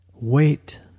Wait